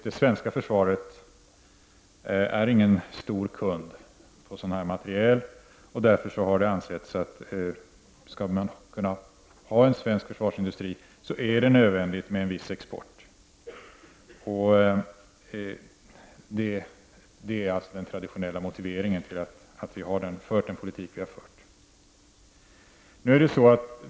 Det svenska försvaret är ingen stor kund beträffande sådant materiel, och därför har det ansetts att det är nödvändigt med viss export om vi skall kunna ha en svensk försvarsindustri. Det är alltså den traditionella motiveringen till att vi har fört den politik som vi har fört.